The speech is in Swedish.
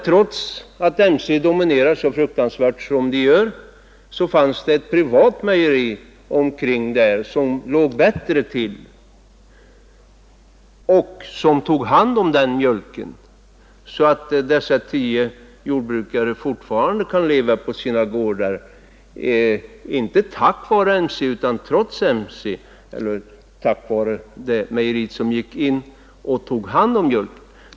Trots att MC dominerar så oerhört som företaget gör, fanns det ett privat mejeri som låg bättre till och som tog hand om mjölken, så att dessa tio jordbrukare fortfarande kan leva på sina gårdar — inte tack vare MC utan trots MC — tack vare det mejeri som tog hand om mjölken.